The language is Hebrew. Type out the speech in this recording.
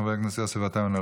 חבר הכנסת יוסף עטאונה,